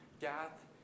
Gath